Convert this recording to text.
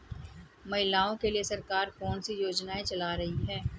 महिलाओं के लिए सरकार कौन सी योजनाएं चला रही है?